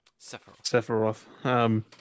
Sephiroth